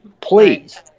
Please